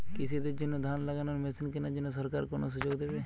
কৃষি দের জন্য ধান লাগানোর মেশিন কেনার জন্য সরকার কোন সুযোগ দেবে?